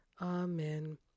Amen